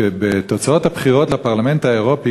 כולם מזועזעים מכך שבתוצאות הבחירות לפרלמנט האירופי